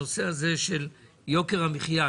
הנושא של יוקר המחייה,